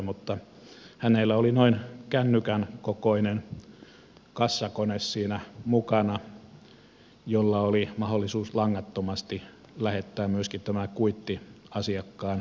mutta hänellä oli noin kännykän kokoinen kassakone siinä mukana jolla oli mahdollisuus langattomasti lähettää myöskin tämä kuitti asiakkaan sähköpostiin